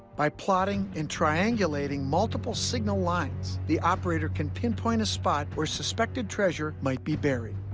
by plotting and triangulating multiple signal lines, the operator can pinpoint a spot where suspected treasure might be buried.